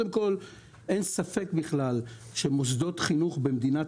קודם כל אין ספק בכלל שמוסדות חינוך במדינת